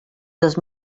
dos